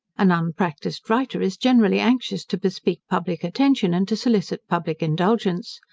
an unpractised writer is generally anxious to bespeak public attention, and to solicit public indulgence.